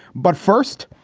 but first,